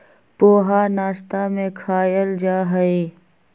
पोहा नाश्ता में खायल जाहई